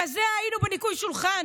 ככה היינו בניקוי שולחן.